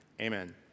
amen